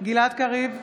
גלעד קריב,